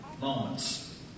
moments